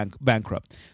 bankrupt